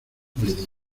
dije